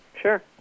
sure